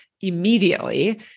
immediately